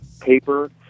paper